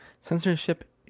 censorship